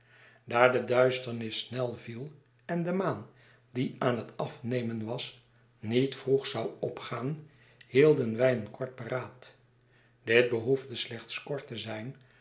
daar de duisternis snel viel en de maan die aan het afnemen was niet vroeg zou opgaan hielden wij een kort beraad dit behoefde slechts kort te zijn